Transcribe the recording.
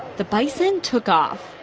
the bison took off.